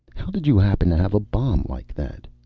how did you happen to have a bomb like that?